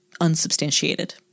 unsubstantiated